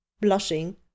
blushing